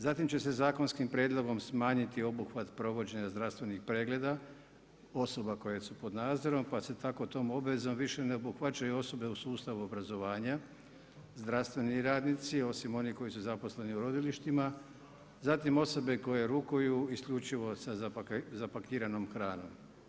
Zatim će se zakonskim prijedlogom smanjiti obuhvat provođenja zdravstvenih pregleda osoba koje su pod nadzorom, pa se tako tom obvezom više ne obuhvaćaju osobe u sustav obrazovanja, zdravstveni radnici osim oni koji su zaposleni i rodilištima, zatim osobe koje rukuju isključivo sa zapakiranom hranom.